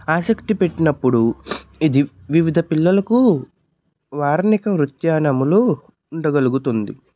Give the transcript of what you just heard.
ఆసక్తి పెట్టినప్పుడు ఇది వివిధ పిల్లలకు వారనిక నృత్యానములు ఉండగలుగుతుంది